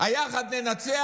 ה"יחד ננצח"